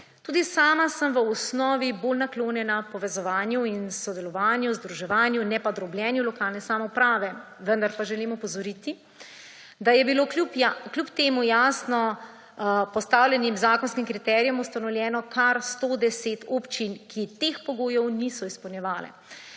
Tudi sama sem v osnovi bolj naklonjena povezovanju in sodelovanju, združevanju, ne pa drobljenju lokalne samouprave, vendar pa želim opozoriti, da je bilo kljub tem jasno postavljenim zakonskim kriterijem ustanovljeno kar 110 občin, ki teh pogojev niso izpolnjevale.